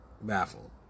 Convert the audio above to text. baffled